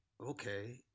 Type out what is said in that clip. okay